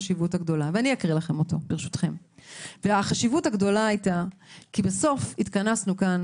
אקריא לכם אותו, ברשותכם, כי בסוף התכנסנו כאן